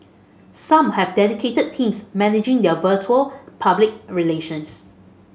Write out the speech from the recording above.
some have dedicated teams managing their virtual public relations